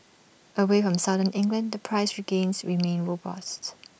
away from southern England the price gains remain robust